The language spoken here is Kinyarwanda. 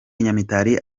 nyamitari